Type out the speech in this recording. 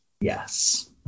yes